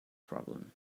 problem